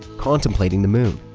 contemplating the moon.